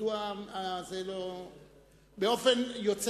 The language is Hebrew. מדוע זה לא מוכן?